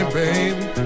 baby